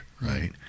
right